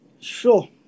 Sure